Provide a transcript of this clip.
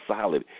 solid